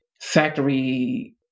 factory